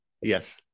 Yes